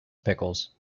pickles